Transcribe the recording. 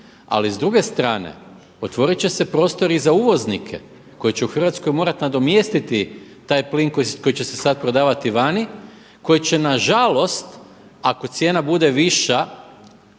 Ali s druge strane otvorit će se prostor i za uvoznike koji će u Hrvatskoj morati nadomjestiti taj plin koji će se sad prodavati vani, koji će na žalost ako cijena bude viša